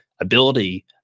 ability